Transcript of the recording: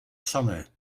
sanne